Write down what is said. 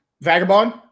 Vagabond